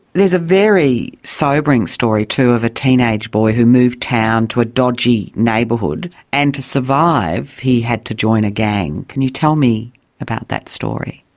there is a very sobering story too of a teenage boy who moved town to a dodgy neighbourhood, and to survive he had to join a gang. can you tell me about that story?